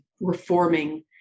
reforming